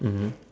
mmhmm